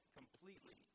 completely